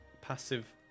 Passive